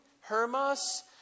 Hermas